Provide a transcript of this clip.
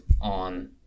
on